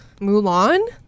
Mulan